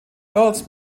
earls